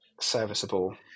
serviceable